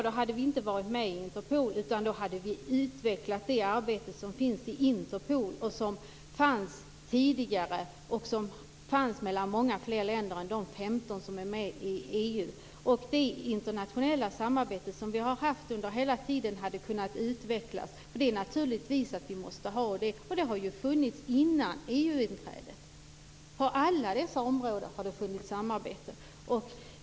Då hade vi inte varit med i Europol. Då hade vi utvecklat det arbete som sker inom Interpol och som fanns tidigare mellan många fler länder än de 15 som är med i EU. Det internationella samarbete som vi har haft hela tiden hade kunnat utvecklas. Naturligtvis måste vi ha detta, och det har ju funnits innan EU-inträdet. På alla dessa områden har det funnits samarbete.